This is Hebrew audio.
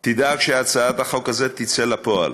תדאג שהצעת החוק הזאת תצא לפועל.